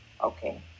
Okay